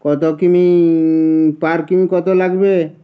কত কিমি পার কিমি কত লাগবে